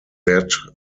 that